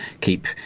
keep